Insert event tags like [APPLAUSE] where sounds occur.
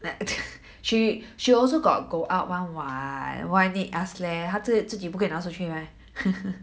[NOISE] she she also got go out [one] [what] why need us leh 她直接自己不可以拿出去 meh